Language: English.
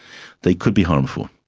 they could be harmful.